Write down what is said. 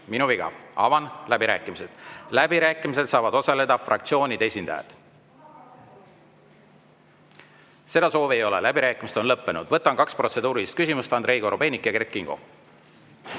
Minu viga, avan läbirääkimised. Läbirääkimistel saavad osaleda fraktsioonide esindajad. Seda soovi ei ole, läbirääkimised on lõppenud. Võtan kaks protseduurilist küsimust, Andrei Korobeinik ja Kert Kingo.